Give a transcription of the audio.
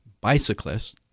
bicyclists